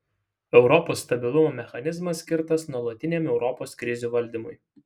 europos stabilumo mechanizmas skirtas nuolatiniam europos krizių valdymui